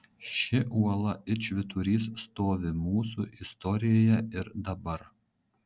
ši uola it švyturys stovi mūsų istorijoje ir dabar